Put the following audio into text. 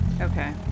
Okay